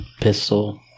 pistol